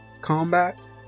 combat